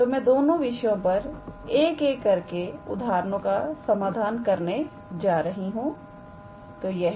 तो मैं दोनों विषयों पर एक एक करके उदाहरणों का समाधान करने जा रही हूं